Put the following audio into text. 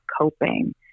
coping